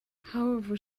however